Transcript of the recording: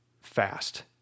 fast